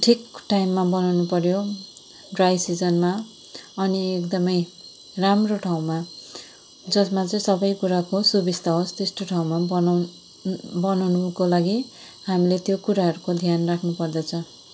ठिक टाइममा बनाउनु पऱ्यो ड्राई सिजनमा अनि एकदम राम्रो ठाउँमा यसमा चाहिँ सब कुराको सुबिस्ता होस् त्यस्तो ठाउँमा बनाउ बनाउनुको लागि हामीले त्यो कुराहरूको ध्यान राख्नु पर्दछ